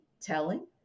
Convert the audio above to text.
telling